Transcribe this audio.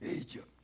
Egypt